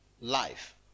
life